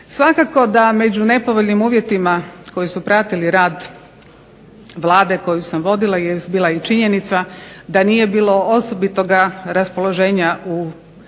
Svakako da među nepovoljnim uvjetima koji su pratili rad Vlade koju sam vodila je bila i činjenica da nije bilo osobitoga raspoloženja u